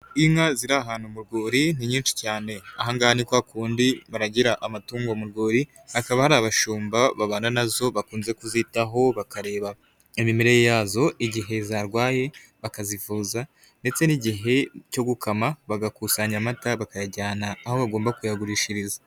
Inka ziri ahantu mu rwuri ni nyinshi cyane aha ngaha ni kwa kundi baragira amatungo mu rwuri hakaba hari abashumba babana nazo bakunze kuzitaho bakareba imimerere yazo igihe zarwaye bakazivuza ndetse n'igihe cyo gukama bagakusanya amata bakayajyana aho bagomba kuyagurishiriza.